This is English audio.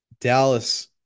Dallas